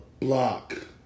block